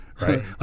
right